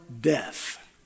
death